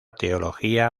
teología